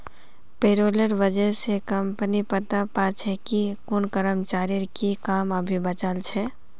पेरोलेर वजह स कम्पनी पता पा छे कि कुन कर्मचारीर की काम अभी बचाल छ